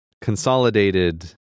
consolidated